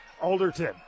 Alderton